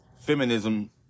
Feminism